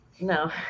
No